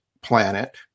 Planet